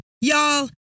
Y'all